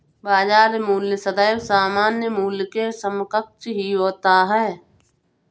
बाजार मूल्य सदैव सामान्य मूल्य के समकक्ष ही होता है